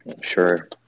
Sure